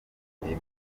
ebyiri